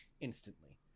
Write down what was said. instantly